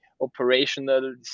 operational